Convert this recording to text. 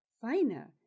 finer